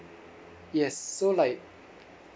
yes so like